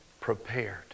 prepared